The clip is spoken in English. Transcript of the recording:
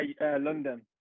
London